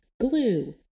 Glue